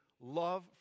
love